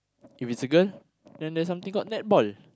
if it's a girl then there's something called netball